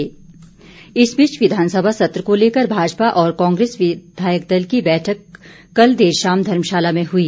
बैठक इस बीच विधानसभा सत्र को लेकर भाजपा और कांग्रेस विधायक दल की बैठक कल देर शाम धर्मशाला में हुई